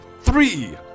three